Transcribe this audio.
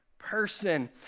Person